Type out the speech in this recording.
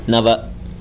नव